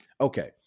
Okay